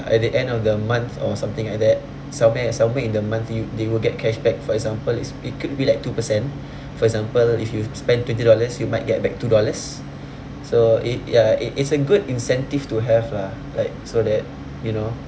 at the end of the month or something like that somewhere somewhere in the month you they will get cashback for example is it could be like two percent for example if you spend twenty dollars you might get back two dollars so it ya it is a good incentive to have lah like so that you know